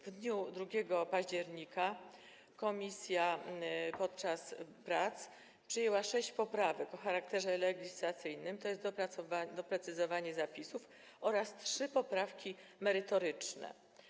W dniu 2 października komisja podczas prac przyjęła sześć poprawek o charakterze legislacyjnym, tj. doprecyzowujących zapisy, oraz trzy poprawki merytoryczne.